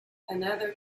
another